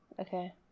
Okay